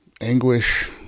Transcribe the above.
anguish